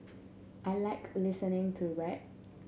I like listening to rap